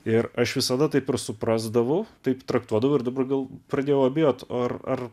ir aš visada taip ir suprasdavau taip traktuodavau ir dabar gal pradėjau abejot ar ar